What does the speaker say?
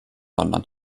london